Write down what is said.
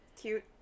Cute